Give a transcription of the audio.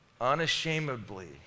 unashamedly